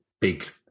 big